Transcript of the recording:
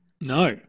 No